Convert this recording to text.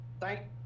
thank